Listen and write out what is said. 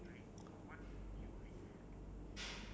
wait you are left with la~ last card ah is that your last card